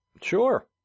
Sure